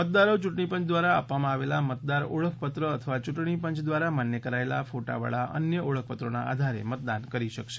મતદારો ચૂંટણી પંચ દ્વારા આપવામાં આવેલા મતદાર ઓળખપત્ર અથવા ચૂંટણી પંચ દ્વારા માન્ય કરાયેલા ફોટાવાળા અન્ય ઓળખપત્રોના આધારે મતદાન કરી શકશે